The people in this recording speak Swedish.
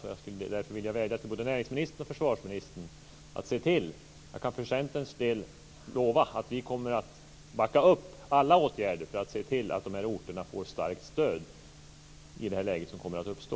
Jag skulle därför vilja vädja till både näringsministern och försvarsministern att se till detta. Jag kan för Centerns del lova att vi kommer att backa upp alla åtgärder för att se till att de här orterna får ett starkt stöd i det läge som kommer att uppstå.